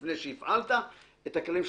לפני שהפעלת את הכלים שאומרים,